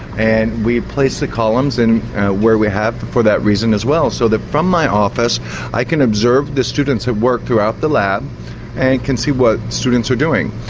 and we've placed the columns and where we have for that reason as well, so that from my office i can observe the students that work throughout the lab and can see what students are doing.